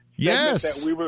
Yes